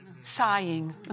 sighing